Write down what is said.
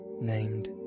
named